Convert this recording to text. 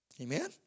amen